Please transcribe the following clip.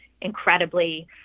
incredibly